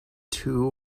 two